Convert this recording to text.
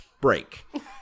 break